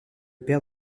père